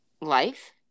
life